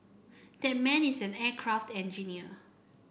that man is an aircraft engineer